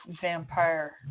vampire